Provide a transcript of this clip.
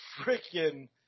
freaking